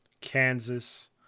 Kansas